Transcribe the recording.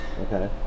Okay